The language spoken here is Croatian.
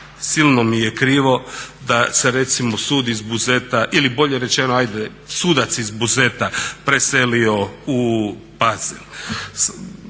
silno mi je krivo da se recimo sud iz Buzeta ili bolje rečeno hajde sudac iz Buzeta preselio u Pazin.